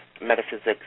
Metaphysics